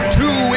two